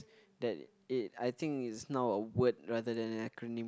that it I think it's not a word rather than a acronym